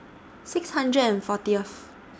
six hundred and fortieth